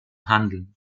handeln